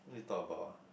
what they talk about ah